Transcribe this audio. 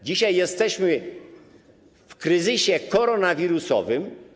Dzisiaj jesteśmy w kryzysie koronawirusowym.